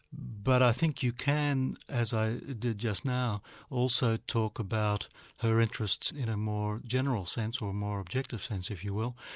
but i think you can as i did just now also talk about her interests in a more general sense, or a more objective sense if you will,